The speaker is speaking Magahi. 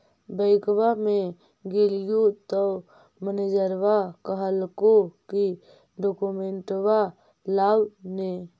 बैंकवा मे गेलिओ तौ मैनेजरवा कहलको कि डोकमेनटवा लाव ने?